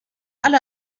alle